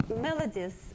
melodies